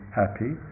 happy